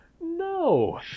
No